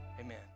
amen